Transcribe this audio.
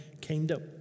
kingdom